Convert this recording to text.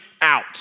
out